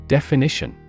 Definition